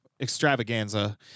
extravaganza